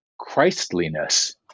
christliness